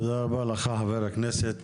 תודה רבה לך חבר הכנסת